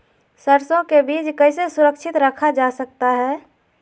सरसो के बीज कैसे सुरक्षित रखा जा सकता है?